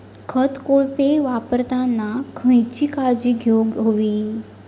खत कोळपे वापरताना खयची काळजी घेऊक व्हयी?